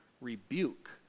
rebuke